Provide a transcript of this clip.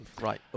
right